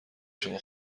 شما